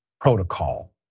protocol